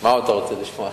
מה עוד אתה רוצה לשמוע?